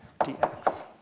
dx